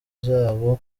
zabo